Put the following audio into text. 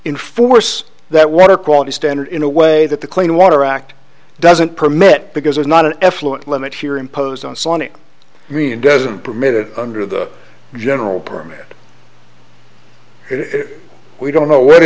enforce that water quality standard in a way that the clean water act doesn't permit because there's not an f a a limit here impose on sonic union doesn't permitted under the general permit we don't know what